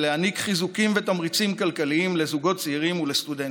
ולהעניק חיזוקים ותמריצים כלכליים לזוגות צעירים ולסטודנטים.